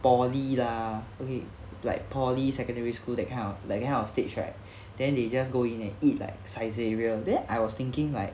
poly lah okay like poly secondary school that kind of like that kind of stage right then they just go in and eat like Saizeriya there I was thinking like